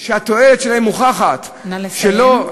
והתועלת שלהם מוכחת, נא לסיים.